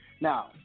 Now